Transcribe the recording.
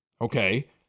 okay